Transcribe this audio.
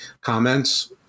comments